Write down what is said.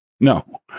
No